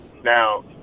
Now